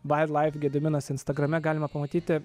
vait laif gediminas instagrame galima pamatyti